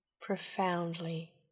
profoundly